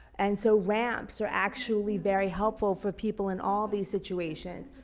and so ramps are actually very helpful for people in all these situations.